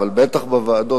אבל בטח בוועדות,